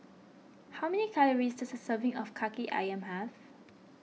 how many calories does a serving of Kaki Ayam have